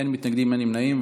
אין מתנגדים, אין נמנעים.